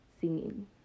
singing